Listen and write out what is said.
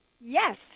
Yes